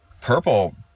purple